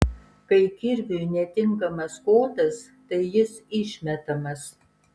kai kirviui netinkamas kotas tai jis išmetamas